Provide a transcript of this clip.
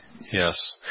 Yes